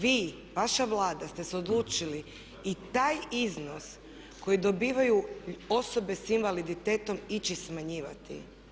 Vi, vaša Vlada ste se odlučili i taj iznos koji dobivaju osobe sa invaliditetom ići smanjivati.